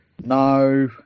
No